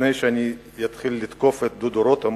לפני שאני אתחיל לתקוף את דודו רותם,